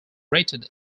rated